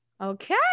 Okay